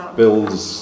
builds